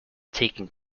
taking